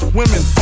women